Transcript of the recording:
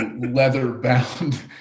leather-bound